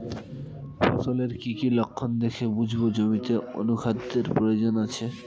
ফসলের কি কি লক্ষণ দেখে বুঝব জমিতে অনুখাদ্যের প্রয়োজন আছে?